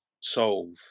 solve